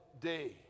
day